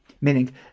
meaning